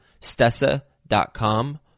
stessa.com